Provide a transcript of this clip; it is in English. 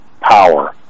power